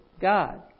God